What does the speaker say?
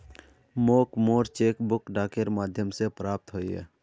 मोक मोर cheque book डाकेर माध्यम से प्राप्त होइए